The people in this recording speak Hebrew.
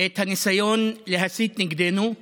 את הניסיון להסית נגדנו,